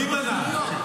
מי מנע?